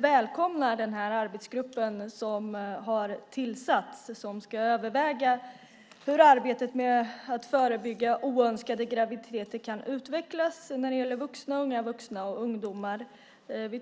välkomnar den arbetsgrupp som har tillsatts för att överväga hur arbetet med att förebygga oönskade graviditeter kan utvecklas när det vuxna, unga vuxna och ungdomar.